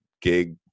gig